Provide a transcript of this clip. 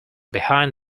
behind